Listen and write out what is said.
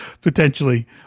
potentially